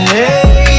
Hey